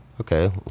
okay